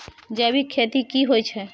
जैविक खेती की होए छै?